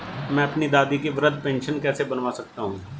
मैं अपनी दादी की वृद्ध पेंशन कैसे बनवा सकता हूँ?